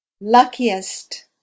Luckiest